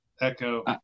echo